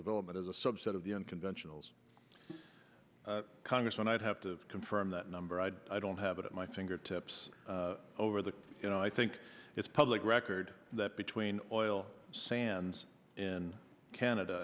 development as a subset of the unconventional congressman i'd have to confirm that number i don't have it at my fingertips over the you know i think it's public record that between oil sands in canada